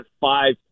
five